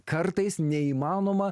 kartais neįmanoma